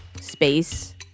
space